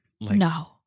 No